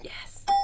Yes